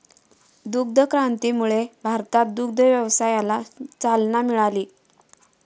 दुग्ध क्रांतीमुळे भारतात दुग्ध व्यवसायाला चालना मिळाली